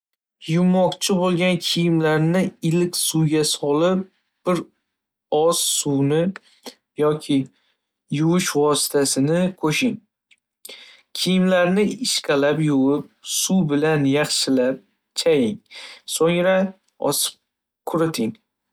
Yuvmoqchi bo'lgan kiyimlarni iliq suvga solib, bir oz sovun yoki yuvish vositasini qo'shing. Kiyimlarni ishqalab yuvib, suv bilan yaxshilab chaying, so'ngra osib quriting.